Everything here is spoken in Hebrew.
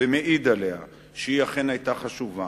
מעיד עליה שהיא אכן היתה חשובה,